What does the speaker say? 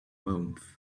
mouth